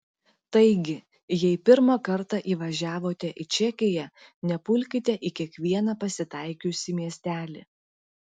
taigi jei pirmą kartą įvažiavote į čekiją nepulkite į kiekvieną pasitaikiusį miestelį